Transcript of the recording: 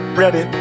ready